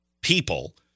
people